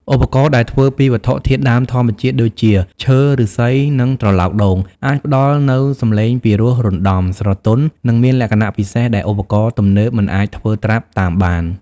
ឧបករណ៍ដែលធ្វើពីវត្ថុធាតុដើមធម្មជាតិដូចជា ឈើ ឫស្សី និងត្រឡោកដូង អាចផ្តល់នូវសំឡេងពីរោះរណ្ដំ ស្រទន់ និងមានលក្ខណៈពិសេស ដែលឧបករណ៍ទំនើបមិនអាចធ្វើត្រាប់តាមបាន។